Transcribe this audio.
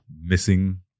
missing